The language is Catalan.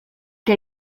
què